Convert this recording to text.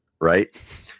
right